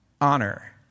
honor